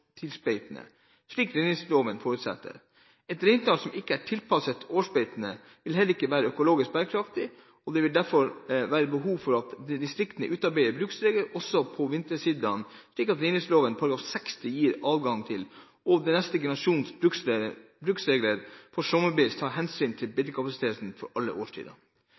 slik reindriftsloven forutsetter. Et reintall som ikke er tilpasset årstidsbeitene, vil ikke være økologisk bærekraftig. Det er derfor behov for at distriktene utarbeider bruksregler også for vintersiidaene, slik reindriftslovens § 60 gir adgang til, og at neste generasjons bruksregler for sommerbeitene tar hensyn til beitekapasiteten for alle